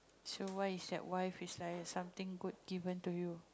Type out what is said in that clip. so why is that why fish liar is something good given to you